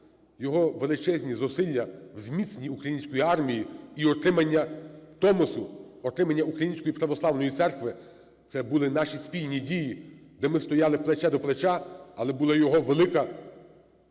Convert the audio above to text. його величезні у зміцненні української армії, і отримання Томосу, отримання Української Православної Церкви – це були наші спільні дії, де ми стояли плече до плеча, але був його великий